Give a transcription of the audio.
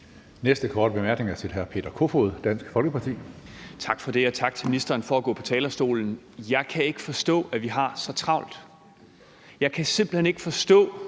Næste korte bemærkning er til hr. Peter Kofod, Dansk Folkeparti. Kl. 11:11 Peter Kofod (DF): Tak for det, og tak til ministeren for at gå på talerstolen. Jeg kan ikke forstå, at vi har så travlt. Jeg kan simpelt hen ikke forstå,